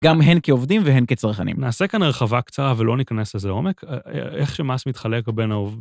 גם הן כעובדים והן כצרכנים. נעשה כאן הרחבה קצרה ולא נכנס לזה עומק. איך שמס מתחלק בין העובדים.